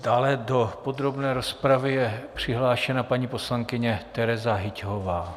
Dále do podrobné rozpravy je přihlášena paní poslankyně Tereza Hyťhová.